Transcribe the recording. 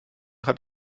hat